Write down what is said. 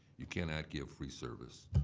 you cannot give free service.